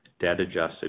debt-adjusted